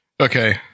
Okay